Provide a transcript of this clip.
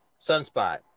sunspot